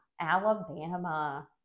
Alabama